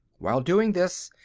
while doing this,